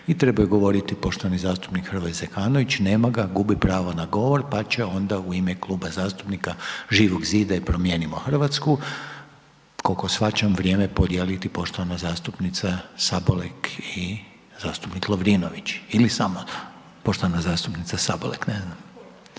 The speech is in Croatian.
i trebao je govoriti poštovani zastupnik Hrvoje Zekanović, nema ga, gubi pravo na govor pa će onda u ime Kluba zastupnika Živog zida i Promijenimo Hrvatsku, koliko shvaćam, vrijeme podijeliti poštovana zastupnica Sabolek i zastupnik Lovrinović. Ili samo poštovana zastupnica Sabolek, ne znam.